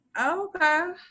Okay